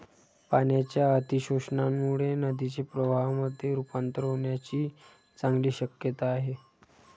पाण्याच्या अतिशोषणामुळे नदीचे प्रवाहामध्ये रुपांतर होण्याची चांगली शक्यता आहे